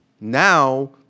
now